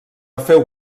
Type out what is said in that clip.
feu